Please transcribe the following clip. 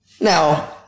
Now